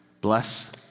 Bless